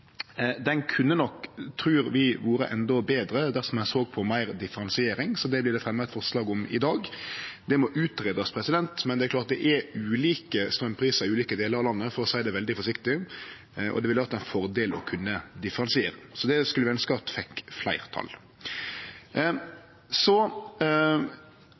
nok den kunne vore endå betre dersom ein såg på meir differensiering, så det vert det fremja eit forslag om i dag. Det må utgreiast, men det er klart det er ulike straumprisar i ulike delar av landet, for å seie det veldig forsiktig, og det ville ha vore ein fordel å kunne differensiere, så det skulle vi ønske at fekk fleirtal.